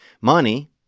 money